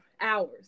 hours